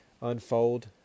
unfold